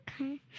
Okay